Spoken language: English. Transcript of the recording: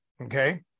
Okay